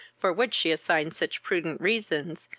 for which she assigned such prudent reasons,